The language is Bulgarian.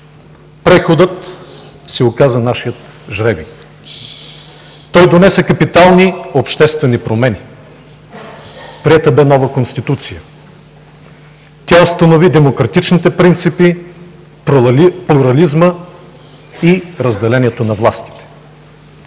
Преходът се оказа нашият жребий. Той донесе капитални обществени промени. Приета бе нова Конституция. Тя установи демократичните принципи, плурализма и разделението на властите.